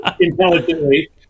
intelligently